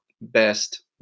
best